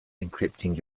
encrypting